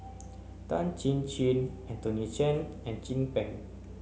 Tan Chin Chin Anthony Chen and Chin Peng